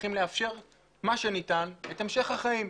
צריכים לאפשר מה שניתן את המשך החיים,